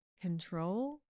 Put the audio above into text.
control